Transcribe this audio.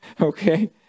okay